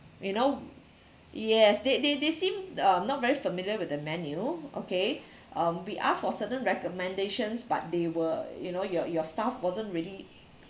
you know yes they they they seem uh not very familiar with the menu okay um we ask for certain recommendations but they were you know your your staff wasn't really